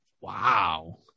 Wow